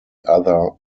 other